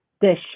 dish